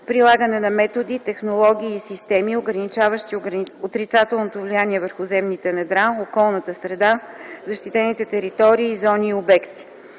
прилагане на методи, технологии и системи, ограничаващи отрицателното влияние върху земните недра, околната среда, защитените територии, зони и обекти;